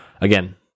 again